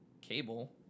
Cable